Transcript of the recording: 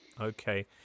Okay